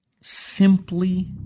simply